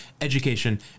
education